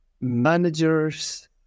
managers